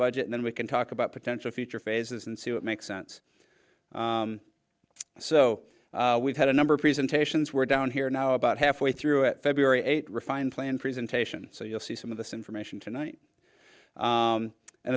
budget then we can talk about potential future phases and see what makes sense so we've had a number of presentations we're down here now about halfway through it february eighth refined plan presentation so you'll see some of this information tonight